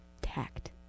tact